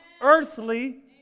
earthly